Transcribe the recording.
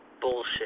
bullshit